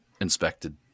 inspected